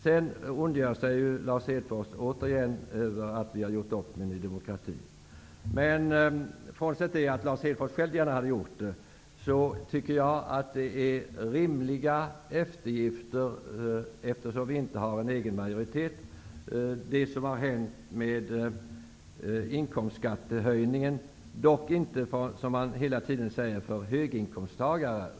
Lars Hedfors ondgör sig återigen över att vi har gjort upp med Ny demokrati. Frånsett att Lars Hedfors själv gärna hade gjort det, tycker jag att det är rimliga eftergifter, eftersom vi inte har egen majoritet. Lars Hedfors talar hela tiden om en inkomstskattehöjning för höginkomsttagare.